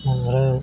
ओमफ्राइ